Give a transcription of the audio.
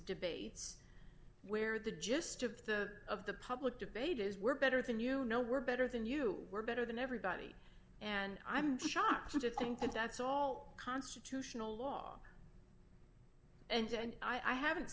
debates where the gist of the of the public debate is we're better than you know we're better than you we're better than everybody and i'm shocked to think that that's all constitutional law and i haven't